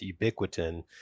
ubiquitin